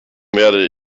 werde